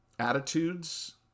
Attitudes